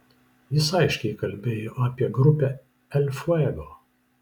jis aiškiai kalbėjo apie grupę el fuego